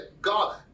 God